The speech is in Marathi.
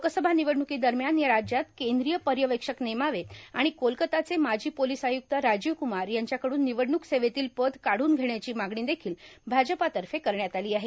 लोकसभा निवडण्रकी दरम्यान या राज्यात केंद्रीय पर्यवेक्षक नेमावे आणि कोलकताचे माजी पोलीस आयुक्त राजीव कुमार यांच्याकडून निवडणुक सेवेतील पद काढून घेण्याची मागणी देखिल भाजपातर्फे करण्यात आली आहे